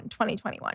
2021